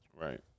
Right